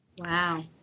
Wow